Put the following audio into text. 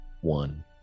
One